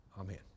Amen